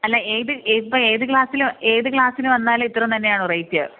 അല്ല ഏത് ഇപ്പം ഏത് ക്ലാസിൽ ഏത് ക്ലാസ്സിന് വന്നാലും ഇത്രയും തന്നെയാണോ റേറ്റ്